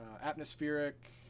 atmospheric